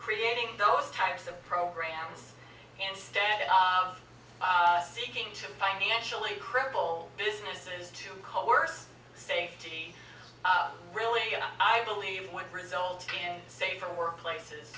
creating those types of programs instead of seeking to financially cripple businesses to coerce safety really i believe would result in safer work places